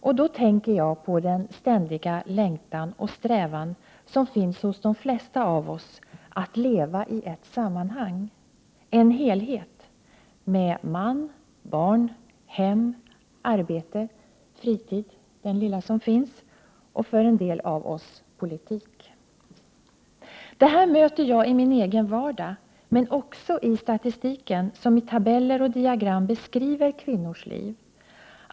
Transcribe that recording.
Jag tänker då på den ständiga längtan och strävan som finns hos de flesta av oss att leva i ett sammanhang, en helhet med man, barn, hem, arbete, fritid och för en del av oss politik. Det här möter jag i min egen vardag, men också i statistiken som i tabeller och diagram beskriver kvinnors liv.